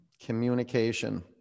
Communication